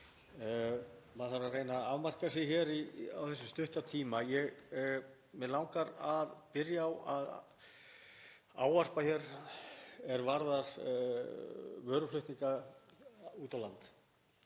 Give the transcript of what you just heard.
Maður þarf að reyna að afmarka sig á þessum stutta tíma. Mig langar að byrja á að nefna hér það sem varðar vöruflutninga út á land.